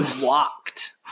Walked